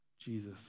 Jesus